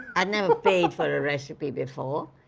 i'd never paid for the recipe before.